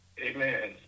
Amen